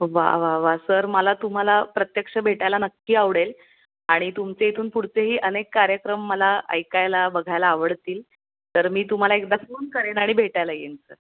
वा वा वा सर मला तुम्हाला प्रत्यक्ष भेटायला नक्की आवडेल आणि तुमचे इथून पुढचेही अनेक कार्यक्रम मला ऐकायला बघायला आवडतील तर मी तुम्हाला एकदा फोन करेन आणि भेटायला येईन सर